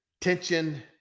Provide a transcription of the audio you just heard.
tension